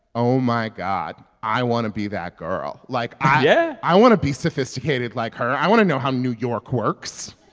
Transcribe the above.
oh, my god, i want to be that girl. like. yeah. i want to be sophisticated like her. i want to know how new york works